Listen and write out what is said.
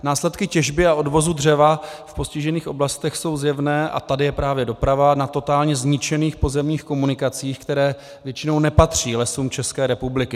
Následky těžby a odvozu dřeva v postižených oblastech jsou zjevné a tady je právě doprava na totálně zničených pozemních komunikacích, které většinou nepatří Lesům České republiky.